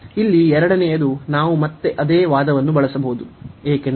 ಇಲ್ಲಿ ಎರಡನೆಯದು ನಾವು ಮತ್ತೆ ಅದೇ ವಾದವನ್ನು ಬಳಸಬಹುದು ಏಕೆಂದರೆ ಮತ್ತೆ ಇದು